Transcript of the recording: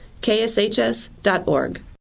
kshs.org